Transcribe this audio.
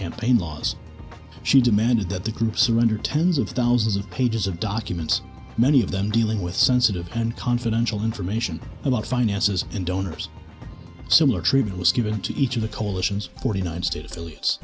campaign laws she demanded that the group surrender tens of thousands of pages of documents many of them dealing with sensitive and confidential information about finances and donors similar treatment was given to each of the coalition's forty nine states elites